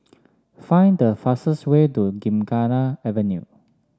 find the fastest way to Gymkhana Avenue